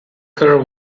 her